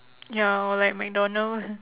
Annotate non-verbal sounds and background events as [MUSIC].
ya or like mcdonald [LAUGHS]